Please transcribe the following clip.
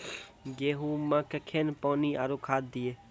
गेहूँ मे कखेन पानी आरु खाद दिये?